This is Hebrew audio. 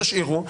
תשאירו.